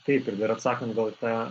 taip ir dar atsakant gal į tą